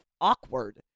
awkward